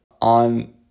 on